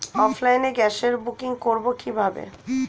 অফলাইনে গ্যাসের বুকিং করব কিভাবে?